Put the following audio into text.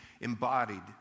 embodied